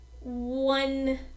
one